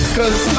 Cause